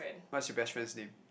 what's your best friend's name